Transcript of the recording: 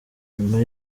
nyuma